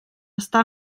estar